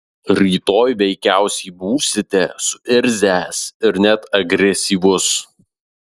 rytoj veikiausiai būsite suirzęs ir net agresyvus